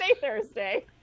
Thursday